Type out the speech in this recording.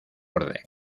orden